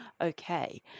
okay